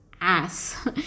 ass